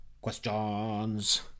Questions